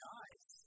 eyes